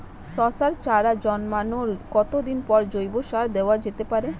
শশার চারা জন্মানোর কতদিন পরে জৈবিক সার দেওয়া যেতে পারে?